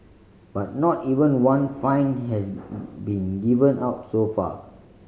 but not even one fine has been given out so far